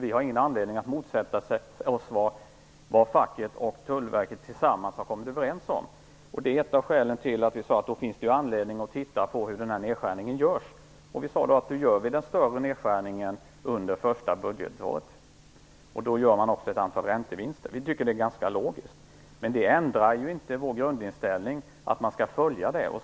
Vi har ingen anledning att motsätta oss vad facket och Tullverket tillsammans har kommit överens om. Det är ett av skälen till att det finns anledning att titta på hur nedskärningen görs, och vi sade då att den större nedskärningen skall göras under det första budgetåret. Då gör man också ett antal räntevinster. Vi tycker det är ganska logiskt. Det ändrar inte vår grundinställning att man skall följa frågan.